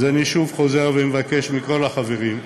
אז אני שוב וחוזר ומבקש מכל החברים,